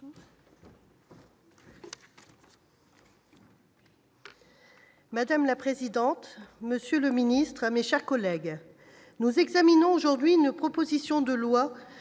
Madame la présidente, monsieur le ministre d'État, mes chers collègues, nous examinons cet après-midi une proposition de loi